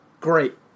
great